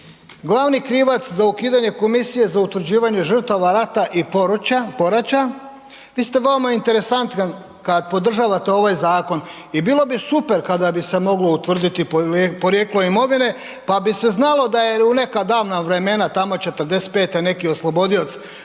glavni krivac za ukidanje Komisije za utvrđivanje žrtava rata i poraća, vi ste interesantan kada podržavate ovaj zakon i bilo bi super kada bi se moglo utvrditi porijeklo imovine pa bi se znalo da je u neka davna vremena, tamo '45. neki oslobodioc